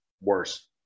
worse